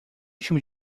time